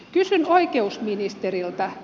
kysyn oikeusministeriltä